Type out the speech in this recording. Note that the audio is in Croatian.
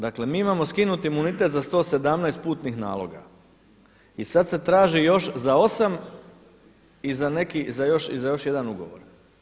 Dakle mi imamo skinut imunitet za 117 putnih naloga i sa se traži još za 8 i za još jedan ugovor.